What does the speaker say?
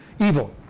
Evil